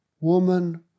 Woman